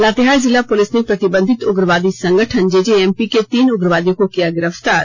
लातेहार जिला पुलिस ने प्रतिबंधित उग्रवादी संगठन जेजेएमपी के तीन उग्रवादियों को किया गिरफ्तार